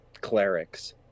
clerics